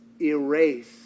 erase